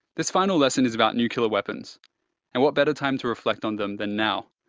this final lesson is about nuclear weapons and what better time to reflect on them than now,